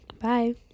bye